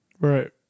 Right